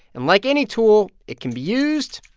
and like any tool, it can be used,